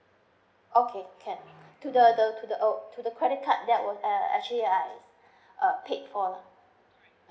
okay can to the the to the oh to the credit card that uh uh actually I uh paid for